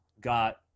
got